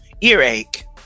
earache